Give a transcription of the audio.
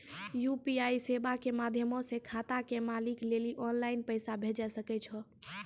UPI सेबा के माध्यमो से खाता के मालिक लेली आनलाइन पैसा भेजै सकै छो